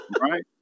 Right